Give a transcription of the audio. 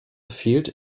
fehlt